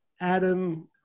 Adam